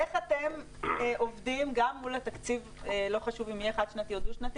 איך אתם עובדים גם מול התקציב לא חשוב אם יהיה חד שנתי או דו שנתי